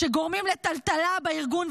שגורמים לטלטלה בארגון,